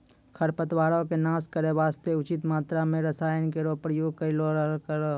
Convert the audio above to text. खरपतवारो क नाश करै वास्ते उचित मात्रा म रसायन केरो प्रयोग करलो करो